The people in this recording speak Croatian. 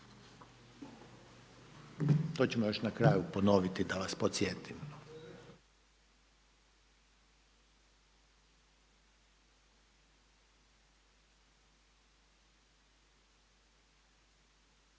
To ćemo još na kraju ponoviti da vas podsjetim.